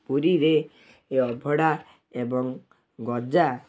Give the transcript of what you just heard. ପୁରୀରେ ଏ ଅଭଡ଼ା ଏବଂ ଗଜା